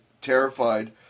terrified